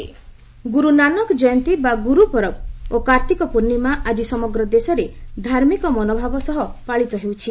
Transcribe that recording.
ଗୁରୁ ନାନକ ଜୟନ୍ତୀ ଗୁରୁ ନାନକ ଜୟନ୍ତୀ ବା ଗୁରୁ ପରବ ଓ କାର୍ତ୍ତିକ ପ୍ରର୍ଷିମା ଆଜି ସମଗ୍ର ଦେଶରେ ଧାର୍ମିକ ମନୋଭାବ ସହ ପାଳିତ ହେଉଛି